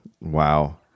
wow